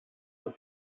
that